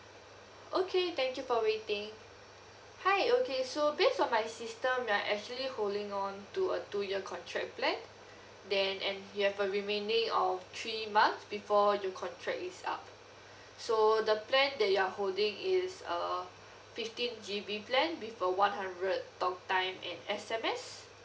okay thank you for waiting hi okay so based on my system you're actually holding on to a two year contract plan then and you have a remaining of three months before your contract is up so the plan that you're holding is uh fifteen G_B plan with a one hundred talk time and S_M_S